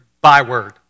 byword